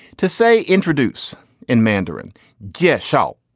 to say introduce in mandarin gift shop.